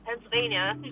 pennsylvania